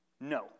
No